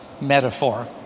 metaphor